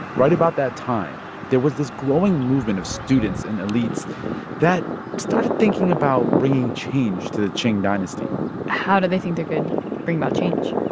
right about that time, there was this growing movement of students and elites that started thinking about bringing change to the qing dynasty how do they think they could bring about change?